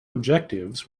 objectives